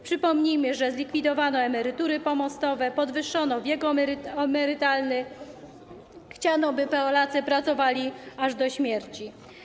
Przypomnijmy, że zlikwidowano emerytury pomostowe, podwyższono wiek emerytalny, chciano, by Polacy pracowali aż do śmierci.